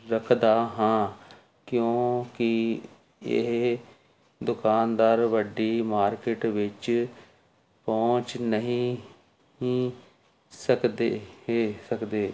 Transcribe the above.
ਰੱਖਦਾ ਹਾਂ ਕਿਉਂਕਿ ਇਹ ਦੁਕਾਨਦਾਰ ਵੱਡੀ ਮਾਰਕੀਟ ਵਿੱਚ ਪਹੁੰਚ ਨਹੀਂ ਸਕਦੇ ਹੇ ਸਕਦੇ